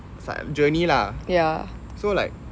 it's like a journey lah ya so like